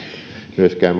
myöskään